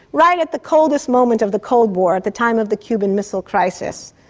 right at the coldest moment of the cold war, at the time of the cuban missile crisis.